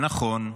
נכון,